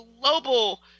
global